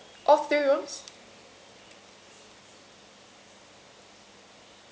ya sure sure all three rooms